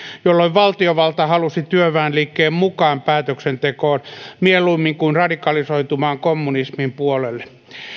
jolloin valtiovalta halusi työväenliikkeen mukaan päätöksentekoon mieluummin kuin radikalisoitumaan kommunismin puolelle